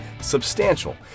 substantial